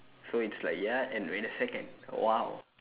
so it's like ya and wait a second !wow!